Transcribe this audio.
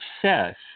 success